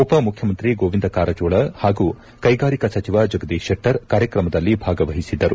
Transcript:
ಉಪಮುಖ್ಯಮಂತ್ರಿ ಗೋವಿಂದ ಕಾರಜೋಳ ಹಾಗೂ ಕೈಗಾರಿಕಾ ಸಚಿವ ಜಗದೀಶ್ ಶೆಟ್ಸರ್ ಕಾರ್ಯಕ್ರಮದಲ್ಲಿ ಭಾಗವಹಿಸಿದ್ದರು